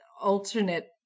alternate